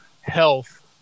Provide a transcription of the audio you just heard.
health